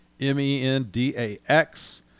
M-E-N-D-A-X